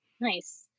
Nice